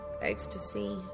ecstasy